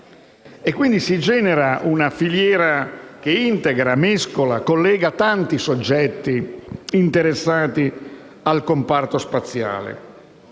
E, quindi, si genera una filiera che integra, mescola e collega tanti soggetti interessati al comparto spaziale.